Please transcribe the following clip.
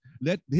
Let